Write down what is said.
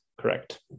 Correct